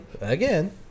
again